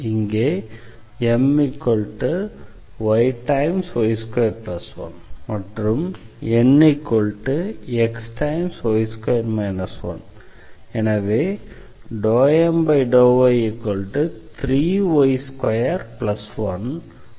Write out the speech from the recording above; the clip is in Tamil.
இங்கே M yy21 மற்றும் Nxy2 1 எனவே ∂M∂y3 y21 மற்றும் ∂N∂xy2 1